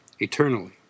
eternally